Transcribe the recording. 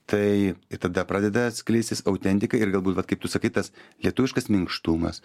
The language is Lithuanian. tai tada pradeda skleistis autentika ir galbūt vat kaip tu sakai tas lietuviškas minkštumas